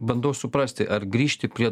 bandau suprasti ar grįžti prie